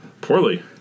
Poorly